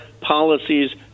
policies